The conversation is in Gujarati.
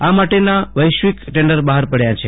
આ માટેનાં વૈશ્વિક ટેન્ડર બહાર પકયા છે